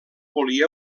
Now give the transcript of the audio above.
volia